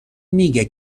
میگه